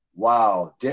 Wow